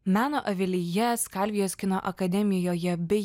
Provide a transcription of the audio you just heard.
meno avilyje skalvijos kino akademijoje bei